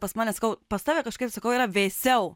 pas mane sakau pas tave kažkaip sakau yra vėsiau